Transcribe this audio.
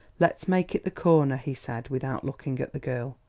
let's make it the corner, he said, without looking at the girl.